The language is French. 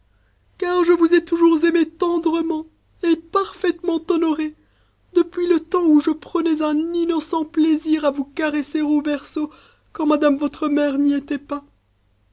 car je vous ai toujours aimé tendrement et parfaitement honoré depuis le temps où je prenais un innocent plaisir à vous caresser au berceau quand madame votre mère n'y était pas